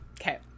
Okay